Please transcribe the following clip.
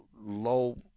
low